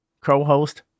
co-host